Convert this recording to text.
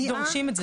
דורשים את זה.